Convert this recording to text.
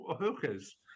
Hookers